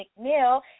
McNeil